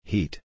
Heat